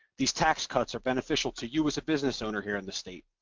these tax cuts are beneficial to you as a business owner here in the state,